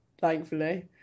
thankfully